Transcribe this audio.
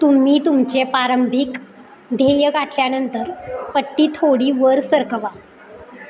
तुम्ही तुमचे प्रारंभिक ध्येय काटल्यानंतर पट्टी थोडी वर सरकवा